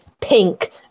pink